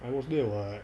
I was there [what]